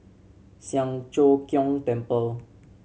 Siang Cho Keong Temple